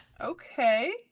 Okay